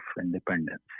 independence